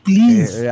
Please